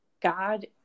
God